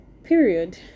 period